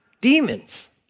demons